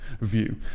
view